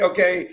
Okay